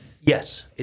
Yes